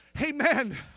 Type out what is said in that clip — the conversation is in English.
Amen